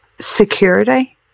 security